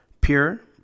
pure